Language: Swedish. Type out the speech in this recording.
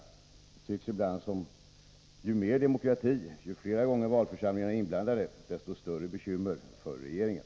Det tycks ibland vara så att ju mer demokrati, ju fler gånger valförsamlingarna är inblandade, desto större bekymmer för regeringen.